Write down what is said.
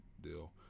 deal